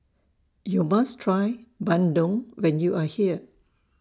YOU must Try Bandung when YOU Are here